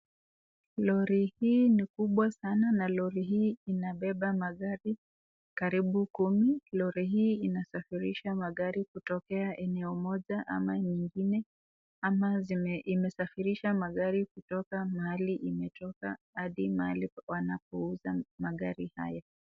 Lori hii ni kubwa sana na lori hii inabeba magari karibu kumi. Lori hii inasafirisha magari kutokea eneo moja ama nyingine ama imesafirisha magari kutoka mahali imetoka hadi mahali wanapouza magari hayo.